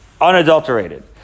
unadulterated